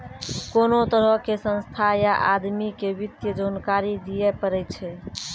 कोनो तरहो के संस्था या आदमी के वित्तीय जानकारी दियै पड़ै छै